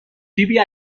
فیبی